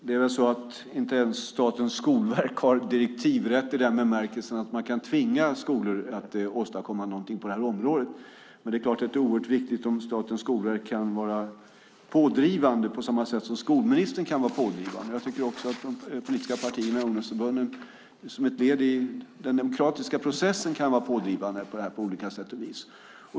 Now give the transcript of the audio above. Herr talman! Inte ens Statens skolverk har direktivrätt i den bemärkelsen att man kan tvinga skolor att åstadkomma någonting på det här området. Men det är klart att det är oerhört viktigt att Statens skolverk kan vara pådrivande på samma sätt som skolministern kan vara pådrivande. Jag tycker också att de politiska partierna i ungdomsförbunden, som ett led i den demokratiska processen, kan vara pådrivande här på olika sätt och vis.